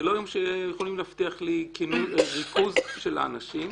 לא יום שיכולים להבטיח לי ריכוז של האנשים.